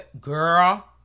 Girl